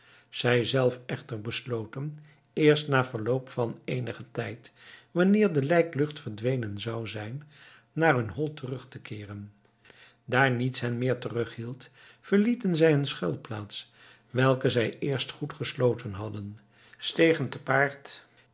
zij zelf echter besloten eerst na verloop van eenigen tijd wanneer de lijklucht verdwenen zou zijn naar hun hol terug te keeren daar niets hen meer terughield verlieten zij hun schuilplaats welke zij eerst goed gesloten hadden stegen te paard